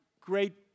great